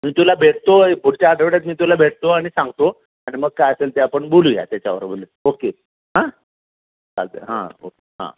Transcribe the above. मी तुला भेटतो एक पुढच्या आठवड्यात मी तुला भेटतो आणि सांगतो आणि मग काय असेल ते आपण बोलूया त्याच्यावर ओके हां चालत आहे हां ओके हां